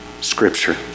Scripture